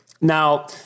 Now